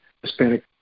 Hispanic